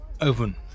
open